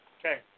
Okay